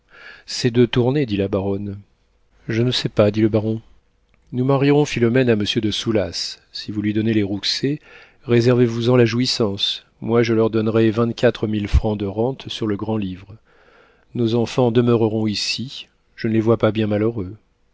c'est de tourner dit la baronne je ne sais pas dit le baron nous marierons philomène à monsieur de soulas si vous lui donnez les rouxey réservez vous en la jouissance moi je leur donnerai vingt-quatre mille francs de rente sur le grand-livre nos enfants demeureront ici je ne les vois pas bien malheureux